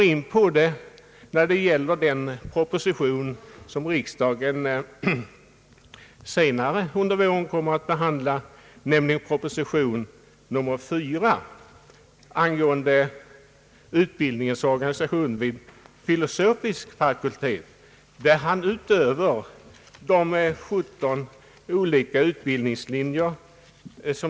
I en proposition som riksdagen senare under året kommer att be handla, nämligen proposition nr 4 angående utbildningens organisation vid de filosofiska fakulteterna, presenteras 17 olika utbildningslinjer.